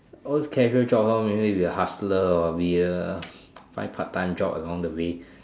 or else casual jobs orh maybe if they're hustler or find part-time jobs along the way